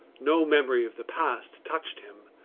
no memory of the past touched him,